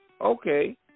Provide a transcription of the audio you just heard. Okay